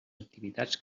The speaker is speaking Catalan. activitats